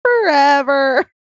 forever